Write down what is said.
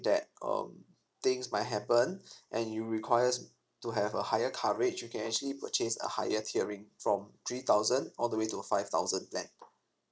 that um things might happens and you requires to have a higher coverage you can actually purchase a higher tearing from three thousand all the way to five thousand ten